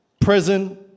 present